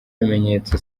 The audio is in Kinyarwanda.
bimenyetso